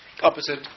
opposite